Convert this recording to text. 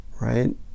right